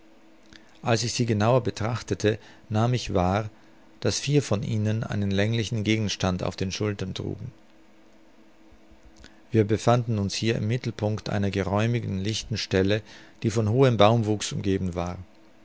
als ich sie genauer betrachtete nahm ich wahr daß vier von ihnen einen länglichen gegenstand auf den schultern trugen wir befanden uns hier im mittelpunkt einer geräumigen lichten stelle die von hohem baumwuchs umgeben war